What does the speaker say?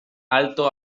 alto